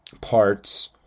parts